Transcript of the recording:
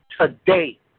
today